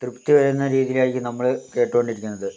തൃപ്തി വരുന്ന രീതിയിലായിരിക്കും നമ്മള് കേട്ടോണ്ടിരിക്കുന്നത്